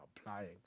applying